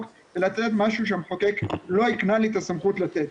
ולתת משהו שהמחוקק לא הקנה לי את הסמכות לתת.